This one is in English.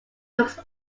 looks